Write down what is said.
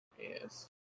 Yes